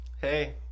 hey